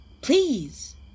Please